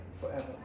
forever